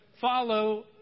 follow